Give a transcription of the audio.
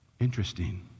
Interesting